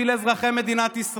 אל תנהג איפה